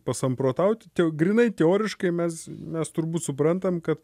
pasamprotauti tik grynai teoriškai mes mes turbūt suprantam kad